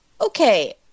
Okay